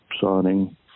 signing